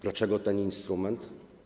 Dlaczego ten instrument?